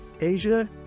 Asia